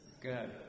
good